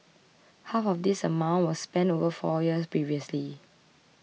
half of this amount was spent over four years previously